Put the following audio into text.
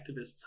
activists